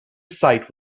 site